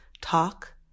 talk